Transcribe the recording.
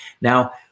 now